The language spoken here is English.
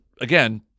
again